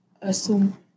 assume